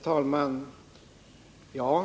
Herr talman!